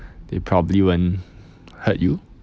they probably won't hurt you